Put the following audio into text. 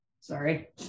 sorry